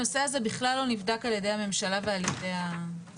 הנושא הזה בכלל לא נבדק על ידי הממשלה ועל ידי הצוות.